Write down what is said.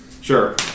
Sure